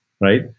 Right